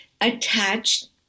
attached